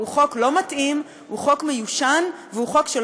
נא לסיים, בבקשה.